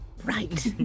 Right